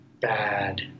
bad